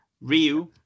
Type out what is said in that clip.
Ryu